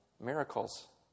Miracles